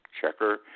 checker